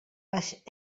les